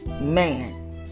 Man